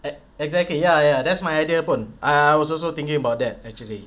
exactly ya ya that's my idea pun I was also thinking about that actually